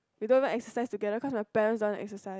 we don't exercise together cause my parents don't want to exercise